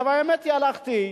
האמת היא שהלכתי,